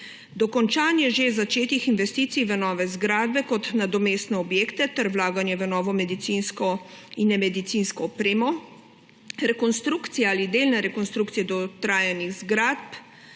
dokončanje že začetih investicij v nove zgradbe kot nadomestne objekte ter vlaganje v novo medicinsko in nemedicinsko opremo, rekonstrukcija ali delna rekonstrukcija dotrajanih zgradb,